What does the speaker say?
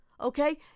Okay